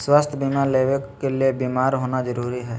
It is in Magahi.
स्वास्थ्य बीमा लेबे ले बीमार होना जरूरी हय?